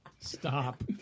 Stop